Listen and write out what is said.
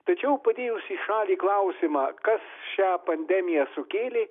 tačiau padėjus į šalį klausimą kas šią pandemiją sukėlė